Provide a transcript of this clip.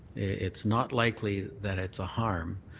it's not likely that it's a harm.